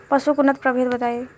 पशु के उन्नत प्रभेद बताई?